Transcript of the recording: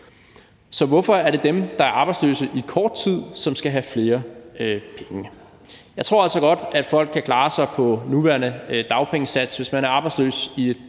Så hvorfor er det dem, der er arbejdsløse i kort tid, som skal have flere penge? Kl. 14:14 Jeg tror altså godt, at folk kan klare sig på nuværende dagpengesats, hvis man er arbejdsløs i et